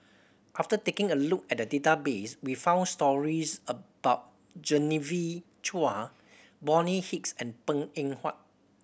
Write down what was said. after taking a look at the database we found stories about Genevieve Chua Bonny Hicks and Png Eng Huat